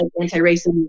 anti-racism